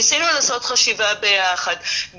ניסינו לעשות חשיבה ביחד.